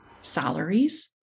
salaries